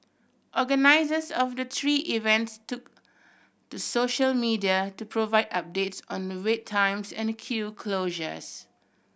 organisers of the tree events took to social media to provide updates on the wait times and queue closures